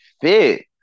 fit